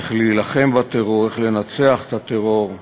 איך להילחם בטרור, איך לנצח את הטרור.